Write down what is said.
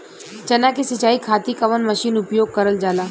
चना के सिंचाई खाती कवन मसीन उपयोग करल जाला?